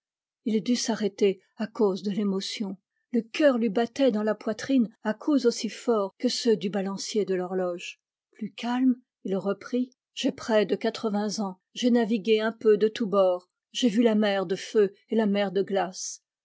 il dut s'arrêter à cause de l'émotion le cœur lui battait dans la poitrine à coups aussi forts que ceux du balancier de l'horloge plus calme il reprit moi j'ai près de quatre-vingts ans j'ai navigué un peu de tous bords j'ai vu la mer de feu et la mer de glace